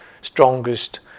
strongest